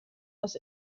aus